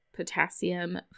potassium